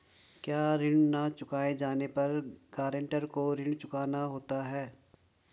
क्या ऋण न चुकाए जाने पर गरेंटर को ऋण चुकाना होता है?